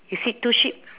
you see two sheep